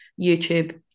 youtube